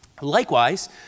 Likewise